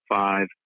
five